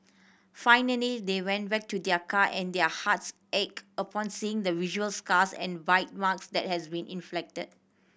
finally they went back to their car and their hearts ached upon seeing the visual scars and bite marks that has been inflicted